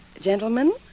Gentlemen